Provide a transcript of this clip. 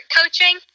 coaching